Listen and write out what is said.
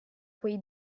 quei